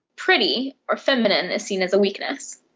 pretty or feminine is seen as a weakness,